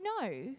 no